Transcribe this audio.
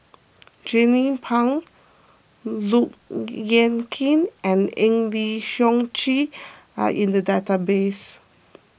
Jernnine Pang Look Yan Kit and Eng Lee Seok Chee are in the database